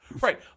Right